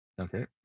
Okay